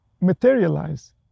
materialize